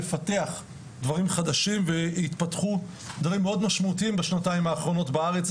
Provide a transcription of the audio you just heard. לפתח דברים חדשים והתפתחו דברים מאוד משמעותיים בשנתיים האחרונות בארץ,